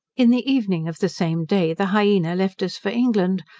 in the evening of the same day, the hyena left us for england,